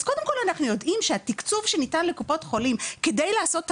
אז קודם כל אנחנו יודעים שהתקצוב שניתן לקופת חולים כדי לעשות את